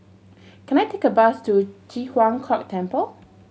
can I take a bus to Ji Huang Kok Temple